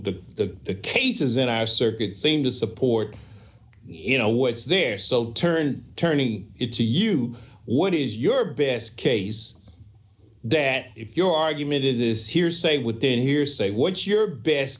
know the cases in our circuit seem to support you know what's there so turn turning it to you what is your best case that if your argument is hearsay within hearsay what's your best